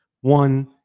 One